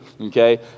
okay